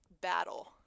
battle